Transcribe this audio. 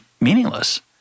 meaningless